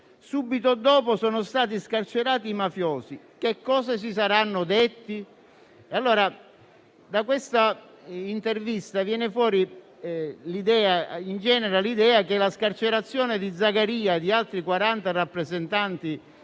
Subito dopo sono stati scarcerati i mafiosi. Che cosa si saranno detti?». L'intervista ingenera l'idea che la scarcerazione di Zagaria e di altri 40 rappresentanti